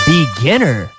Beginner